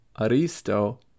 Aristo